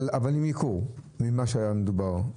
אבל עם ייקור ממה שהיה מדובר.